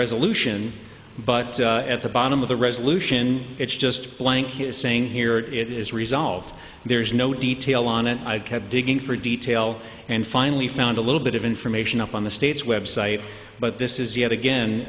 resolution but at the bottom of the resolution it's just blank his saying here it is resolved there is no detail on it i've kept digging for detail and finally found a little bit of information up on the state's website but this is yet